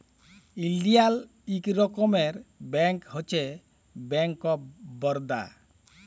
ইলডিয়াল ইক রকমের ব্যাংক হছে ব্যাংক অফ বারদা